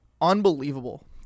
unbelievable